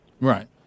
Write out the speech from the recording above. Right